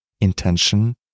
intention